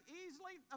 easily